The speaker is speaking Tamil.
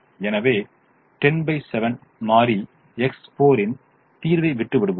எனவே 107 மாறி X4 வின் தீர்வை விட்டு விடுவோம்